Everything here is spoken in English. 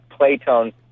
Playtone